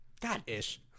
God-ish